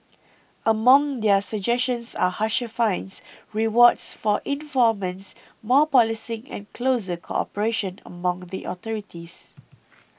among their suggestions are harsher fines rewards for informants more policing and closer cooperation among the authorities